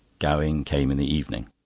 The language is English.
gowing came in the evening.